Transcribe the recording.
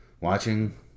watching